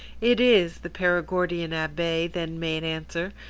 it is, the perigordian abbe then made answer,